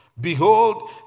Behold